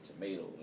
tomatoes